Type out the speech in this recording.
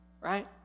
right